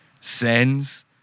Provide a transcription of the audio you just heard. sends